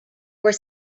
were